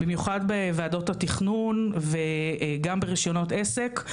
במיוחד בוועדות התכנון וגם ברישיונות עסק.